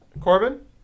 Corbin